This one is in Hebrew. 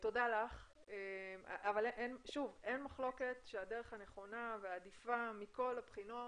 אין מחלוקת שהדרך הנכונה והעדיפה מכל הבחינות,